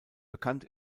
bekannt